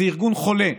זה ארגון חולה,